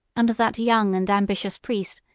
under that young and ambitious priest,